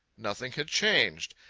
nothing had changed.